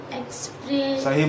express